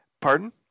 Pardon